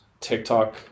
TikTok